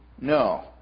no